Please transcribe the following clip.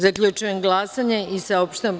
Zaključujem glasanje i saopštavam.